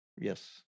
yes